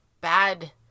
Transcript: bad